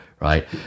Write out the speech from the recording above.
right